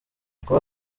kuba